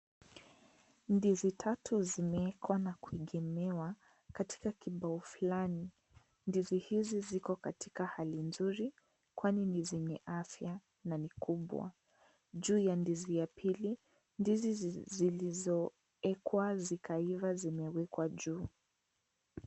Ndizi tatu zimewekwa na kuegemewa katika kibao fulani ndizi hizi ziko katika hali nzuri kwani ni zenye afya na ni kubwa juu ya ndizi ya pili ndizi zilizowekwa zikaiva zimewekwa juu.